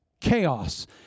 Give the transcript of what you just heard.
chaos